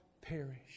perish